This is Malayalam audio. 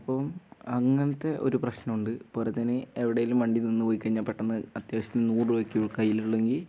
അപ്പം അങ്ങനെത്തെ ഒരു പ്രശ്നം ഉണ്ട് പോലെത്തന്നെ എവിടെയെങ്കിലും വണ്ടി നിന്ന് പോയിക്കഴിഞ്ഞാൽ പെട്ടെന്ന് അത്യാവശ്യത്തിന് നൂറ് രൂപയൊക്കേ കയ്യിലുളളൂ എങ്കിൽ